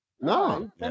No